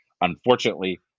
Unfortunately